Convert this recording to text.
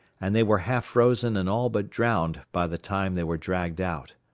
and they were half-frozen and all but drowned by the time they were dragged out.